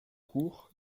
cours